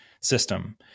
system